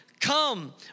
come